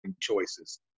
choices